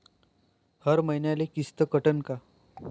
हर मईन्याले किस्त कटन का?